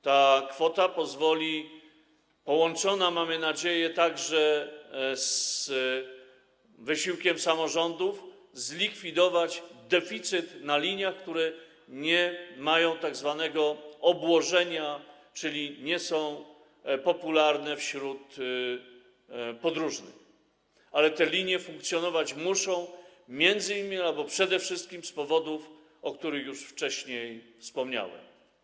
Ta kwota, połączona mamy nadzieję także z wysiłkiem samorządów, pozwoli zlikwidować deficyt na liniach, które nie mają tzw. obłożenia, czyli nie są popularne wśród podróżnych, ale muszą funkcjonować m.in. albo przede wszystkim z powodów, o których już wcześniej wspomniałem.